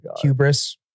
Hubris